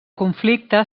conflicte